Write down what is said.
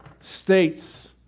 states